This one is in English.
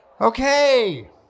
Okay